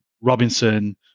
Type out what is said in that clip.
Robinson